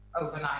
overnight